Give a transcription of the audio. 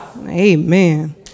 Amen